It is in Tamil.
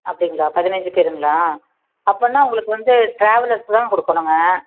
அப்படிங்களா பதினஞ்சு பேருங்களா அப்படின்னா உங்களுக்கு வந்து ட்ராவலர்ஸ்தான் கொடுக்கணுங்க